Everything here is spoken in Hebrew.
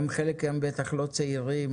גם חלק היום בטח לא צעירים,